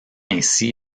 ainsi